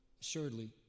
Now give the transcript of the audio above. assuredly